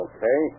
Okay